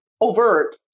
overt